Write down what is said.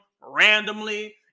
randomly